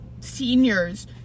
seniors